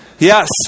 Yes